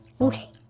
Okay